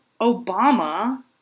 Obama